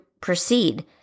proceed